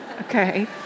Okay